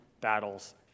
battles